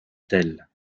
tels